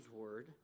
word